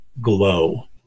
glow